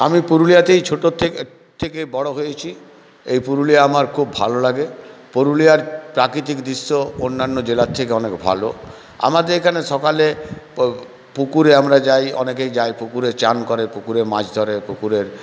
আমি পুরুলিয়াতেই ছোটো থেকে বড়ো হয়েছি এই পুরুলিয়া আমার খুব ভালো লাগে পুরুলিয়ার প্রাকৃতিক দৃশ্য অন্যান্য জেলার থেকে অনেক ভালো আমাদের এখানে সকালে পুকুরে আমরা যাই অনেকেই যায় পুকুরে চান করে পুকুরে মাছ ধরে পুকুরের